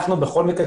בכל מקרה,